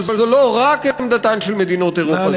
אבל זו לא רק עמדתן של מדינות אירופה,